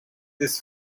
this